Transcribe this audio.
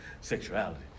sexuality